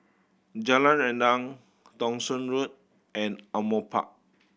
Jalan Rendang Thong Soon Road and Ardmore Park